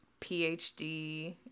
PhD